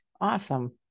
Awesome